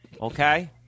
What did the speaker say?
Okay